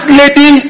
lady